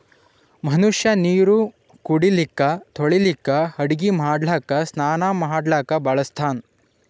ಮನಷ್ಯಾ ನೀರು ಕುಡಿಲಿಕ್ಕ ತೊಳಿಲಿಕ್ಕ ಅಡಗಿ ಮಾಡ್ಲಕ್ಕ ಸ್ನಾನಾ ಮಾಡ್ಲಕ್ಕ ಬಳಸ್ತಾನ್